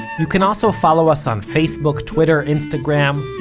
you can also follow us on facebook, twitter, instagram,